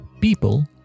people